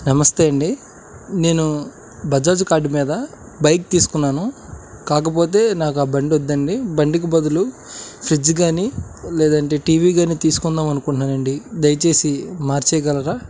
నమస్తే అండి నేను బజాజ్ కార్డు మీద బైక్ తీసుకున్నాను కాకపోతే నాకా బండి వద్దండి బండికి బదులు ఫ్రిడ్జ్ కానీ లేదంటే టీ వీ కానీ తీసుకుందాము అనుకుంటున్నాను అండి దయచేసి మార్చెయగలరా